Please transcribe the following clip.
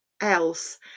else